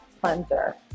cleanser